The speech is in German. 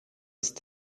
ist